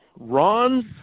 Ron's